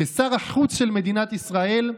כשר החוץ של מדינת ישראל,